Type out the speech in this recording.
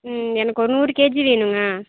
ம் எனக்கு ஒரு நூறு கேஜி வேணுங்க